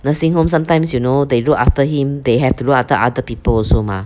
nursing home sometimes you know they look after him they have to look after other people also mah